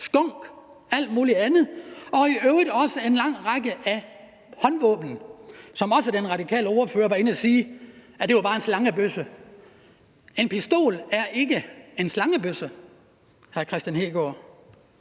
skunk og alt muligt andet og i øvrigt også en lang række håndvåben, og den radikale ordfører var inde at sige, at det bare var en slangebøsse. En pistol er ikke en slangebøsse, hr. Kristian Hegaard,